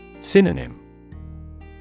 Synonym